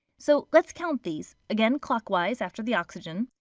so let's count these again, clockwise after the oxygen.